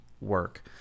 work